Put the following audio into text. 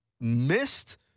missed